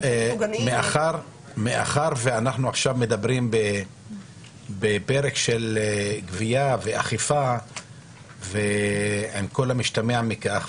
מאחר ואנחנו עכשיו מדברים בפרק של גבייה ואכיפה על כל המשתמע מכך,